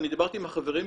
אני דיברתי עם החברים שלי,